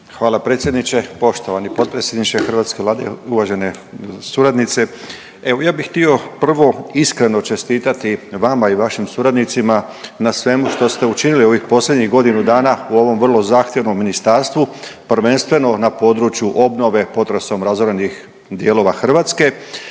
Hvala predsjedniče. Poštovani potpredsjedniče hrvatske Vlade, uvažene suradnice, evo ja bi htio prvo iskreno čestitati vama i vašim suradnicima na svemu što ste učinili u ovih posljednjih godinu dana u ovom vrlo zahtjevnom ministarstvu prvenstveno na području obnove potresom razorenih dijelova Hrvatske,